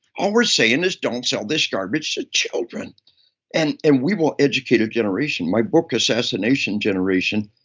all we're saying is, don't sell this garbage to children and and we will educate a generation. my book, assassination generation,